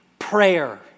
prayer